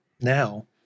now